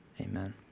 Amen